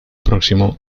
próximo